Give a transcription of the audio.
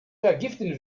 vergiften